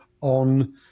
on